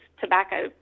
tobacco